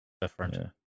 different